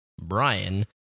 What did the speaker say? Brian